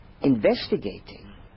investigating